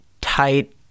tight